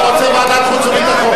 אתה רוצה ועדת חוץ וביטחון.